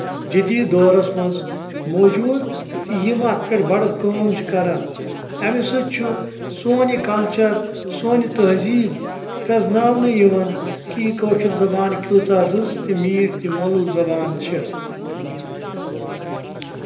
حادیٖد دورَس منٛز موٗجوٗد تہٕ یِم اَتھ پٮ۪ٹھ بَڈٕ کٲم چھِ کَران اَمہِ سۭتۍ چھُ سون یہِ کَلچر سون یہِ تہںزیٖب پریٚزناؤنہٕ یِوان کہِ یہِ کٲشِر زبان کۭژاہ رٕژ تہٕ میٖٹھ تہٕ مۄلُل زبان چھےٚ